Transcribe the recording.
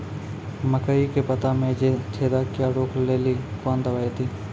मकई के पता मे जे छेदा क्या रोक ले ली कौन दवाई दी?